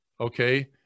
okay